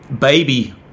baby